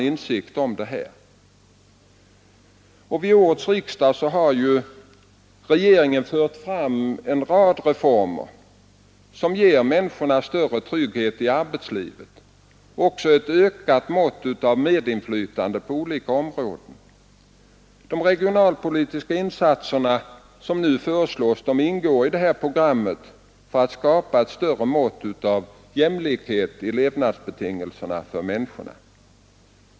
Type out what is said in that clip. Vid årets riksdag har regeringen fört fram en rad reformer som ger människorna större trygghet i arbetslivet och ett ökat mått av medinflytande på olika områden. De regionalpolitiska insatser som nu föreslås ingår i programmet för att skapa ett större mått av jämlikhet i levnadsbetingelserna för människorna.